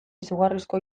izugarrizko